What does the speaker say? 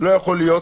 לא יכול להיות